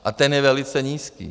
A ten je velice nízký.